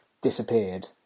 disappeared